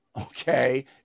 okay